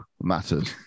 matters